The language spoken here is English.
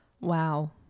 wow